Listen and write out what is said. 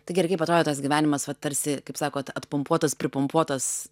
tai gerai kaip atrodė tas gyvenimas va tarsi kaip sakot atpumpuotas pripumpuotas